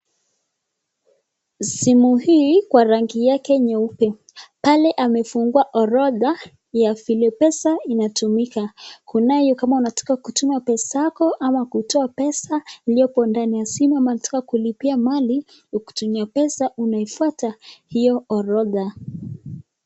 Simu hii kwa rangi yake nyeupe pale amefungua orodha ya vile pesa inatumika, kunayo kama unataka kutuma pesa yako ama kutoa pesa iliyo ndani ya simu ama unataka kulipia mali, ukitumia pesa unaifuata hio orodha.